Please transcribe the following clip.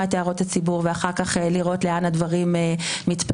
את הערות הציבור ואחר כך לראות לאן הדברים מתפתחים.